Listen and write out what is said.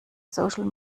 social